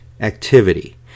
activity